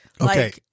Okay